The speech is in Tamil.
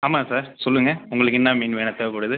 ஆமாம் சார் சொல்லுங்க உங்களுக்கு என்ன மீன் வேணும் தேவைப்படுது